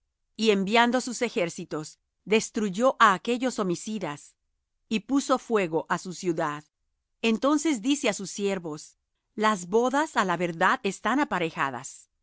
y enviando sus ejércitos destruyó á aquellos homicidas y puso fuego á su ciudad entonces dice á sus siervos las bodas á la verdad están aparejadas